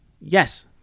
Yes